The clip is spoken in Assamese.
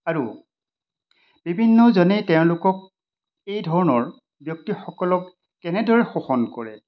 আৰু বিভিন্নজনে তেওঁলোকক এই ধৰণৰ ব্যক্তিসকলক কেনেদৰে শোষণ কৰে